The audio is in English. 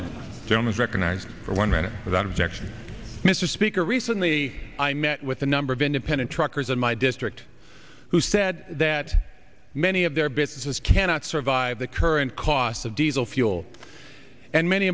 was recognized for one minute without objection mr speaker recently i met with a number of independent truckers in my district who said that many of their businesses cannot survive the current cost of diesel fuel and many